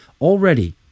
already